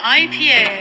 ipa